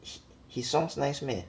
he~ his songs nice meh